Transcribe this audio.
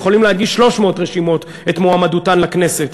יכולים להגיש 300 רשימות את מועמדותן לכנסת.